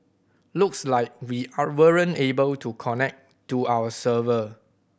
looks like we are weren't able to connect to our server